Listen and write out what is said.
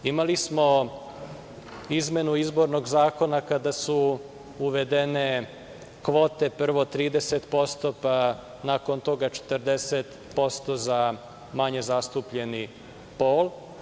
Imali smo izmenu izbornog zakona kada su uvedene kvote, prvo 30%, pa, nakon toga 40% za manje zastupljeni pol.